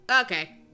okay